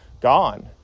gone